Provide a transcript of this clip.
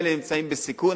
הילדים האלה נמצאים בסיכון,